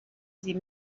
sie